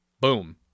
boom